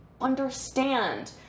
understand